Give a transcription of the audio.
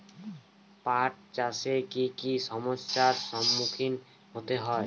পাঠ চাষে কী কী সমস্যার সম্মুখীন হতে হয়?